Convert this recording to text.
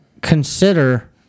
consider